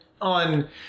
on